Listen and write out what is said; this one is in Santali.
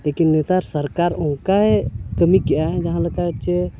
ᱞᱤᱠᱤᱱ ᱱᱮᱛᱟᱨ ᱥᱟᱨᱠᱟᱨ ᱚᱱᱠᱟᱭ ᱠᱟᱹᱢᱤ ᱠᱮᱫᱟ ᱡᱟᱦᱟᱸᱞᱮᱠᱟ ᱪᱮ